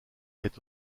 est